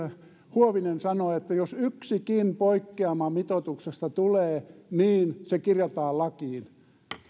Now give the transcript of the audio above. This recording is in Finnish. huovinen sanoi että jos yksikin poikkeama mitoituksesta tulee niin se kirjataan lakiin